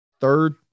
third